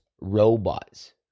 robots